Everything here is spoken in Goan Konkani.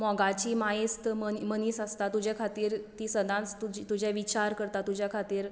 मोगाची मायेस्त मनीस आसता तुजे खातीर ती सदांच तुजे विचार करता तुज्या खातीर